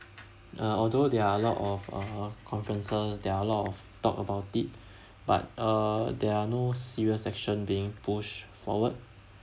uh although there are a lot of uh conferences there are a lot of talk about it but uh there are no serious action being push forward